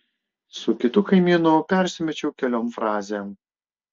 su kitu kaimynu persimečiau keliom frazėm